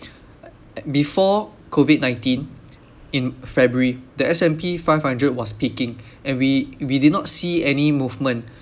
before COVID nineteen in february the S_&_P five hundred was peaking and we we did not see any movement